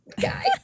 guy